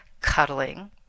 cuddling